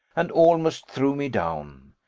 and almost threw me down.